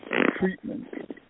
treatment